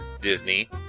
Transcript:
Disney